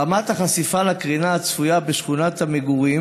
רמת החשיפה לקרינה הצפויה בשכונת המגורים